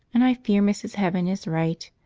and i fear mrs. heaven is right.